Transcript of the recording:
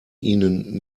ihnen